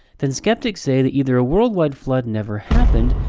then skeptics say, that either a world-wide flood never happened.